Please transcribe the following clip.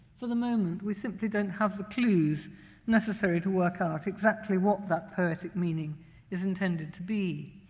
for the moment we simply don't have clues necessary to work out exactly what that poetic meaning is intended to be.